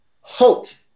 Halt